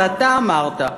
את זה אתה אמרת.